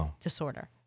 Disorder